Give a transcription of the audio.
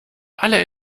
alle